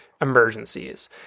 emergencies